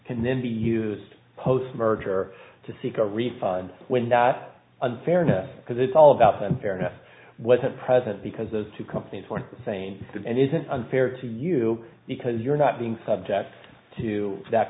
can then be used post merger to seek a refund when that unfairness because it's all about the fairness wasn't present because those two companies want the same end isn't unfair to you because you're not being subject to that